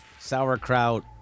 sauerkraut